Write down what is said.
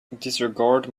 disregard